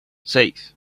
seis